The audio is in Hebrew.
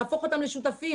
להפוך אותם לשותפים,